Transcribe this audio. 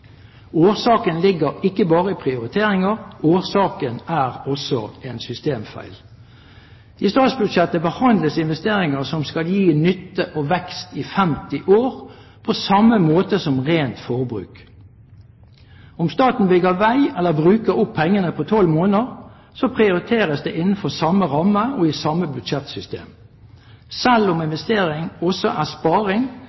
Årsaken ligger ikke bare i prioriteringer. Årsaken ligger også i en systemfeil. I statsbudsjettet behandles investeringer som skal gi nytte og vekst i 50 år fremover, på samme måte som rent forbruk. Om staten bygger vei eller bruker opp pengene på tolv måneder, prioriteres det innenfor samme ramme og i samme budsjettsystem. Selv om